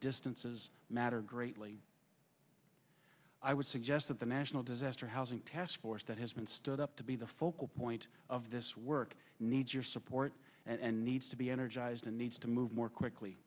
distances matter greatly i would suggest that the national disaster housing task force that has been stood up to be the focal point of this work needs your support and needs to be energised and needs to move more quickly